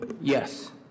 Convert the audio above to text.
Yes